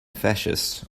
fascist